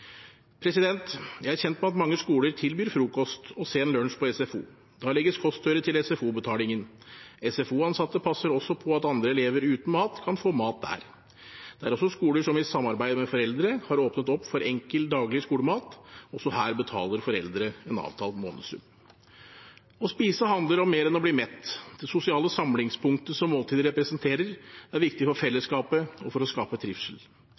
Jeg er kjent med at mange skoler tilbyr frokost og sen lunsj på SFO. Da legges kostøre til SFO-betalingen. SFO-ansatte passer også på at andre elever uten mat kan få mat der. Det er også skoler som i samarbeid med foreldre har åpnet opp for enkel daglig skolemat, og også her betaler foreldre en avtalt månedssum. Å spise handler om mer enn å bli mett. Det sosiale samlingspunktet som måltidet representerer, er viktig for fellesskapet og for å skape trivsel.